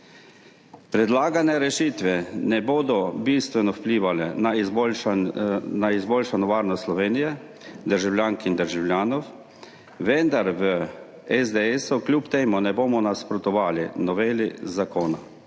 Predlagane rešitve ne bodo bistveno vplivale na izboljšano varnost Slovenije, državljank in državljanov, vendar v SDS kljub temu ne bomo nasprotovali noveli zakona.